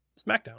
SmackDown